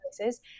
places